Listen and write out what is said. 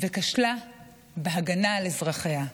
וכשלה בהגנה על אזרחיה.